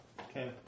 Okay